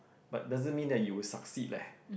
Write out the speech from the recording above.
but doesn't mean that you would succeed leh